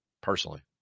personally